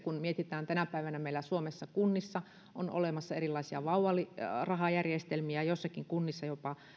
kun mietitään että tänä päivänä meillä suomessa kunnissa on olemassa erilaisia vauvarahajärjestelmiä joissakin kunnissa jopa